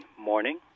morning